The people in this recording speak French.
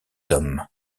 hommes